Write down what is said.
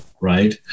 right